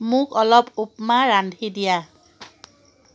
মোক অলপ উপমা ৰান্ধি দিয়া